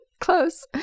close